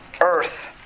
earth